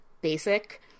basic